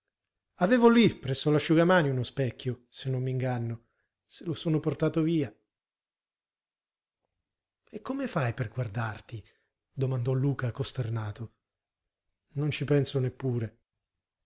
avevo lì presso l'asciugamani uno specchio se non m'inganno se lo sono portato via e come fai per guardarti domandò luca costernato non ci penso neppure